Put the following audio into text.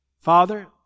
Father